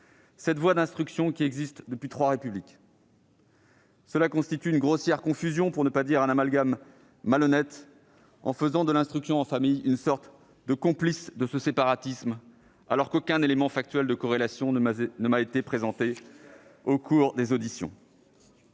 cette voie d'instruction qui existe depuis trois Républiques ! Cela constitue une grossière confusion, pour ne pas dire un amalgame malhonnête, en faisant de l'instruction en famille une sorte de complice de ce séparatisme, ... Très bien !... alors qu'aucun élément factuel de corrélation ne m'a été présenté au cours des auditions.